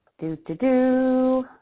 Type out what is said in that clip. do-do-do